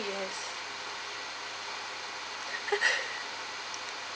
yes